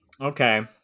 Okay